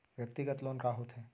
व्यक्तिगत लोन का होथे?